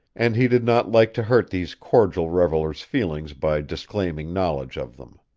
and he did not like to hurt these cordial revelers' feelings by disclaiming knowledge of them.